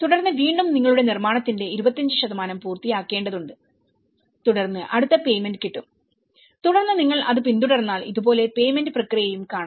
തുടർന്ന് വീണ്ടും നിങ്ങളുടെ നിർമ്മാണത്തിന്റെ 25 പൂർത്തിയാക്കേണ്ടതുണ്ട് തുടർന്ന് അടുത്ത പേയ്മെന്റ് കിട്ടും തുടർന്ന് നിങ്ങൾ അത് പിന്തുടർന്നാൽ ഇതുപോലെ പേയ്മെന്റ് പ്രക്രിയയും കാണാം